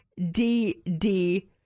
DD